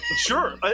sure